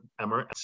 Emirates